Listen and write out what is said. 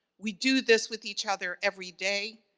we do this with each other every day,